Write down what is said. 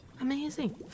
Amazing